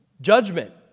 judgment